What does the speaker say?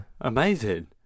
Amazing